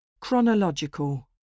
Chronological